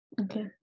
okay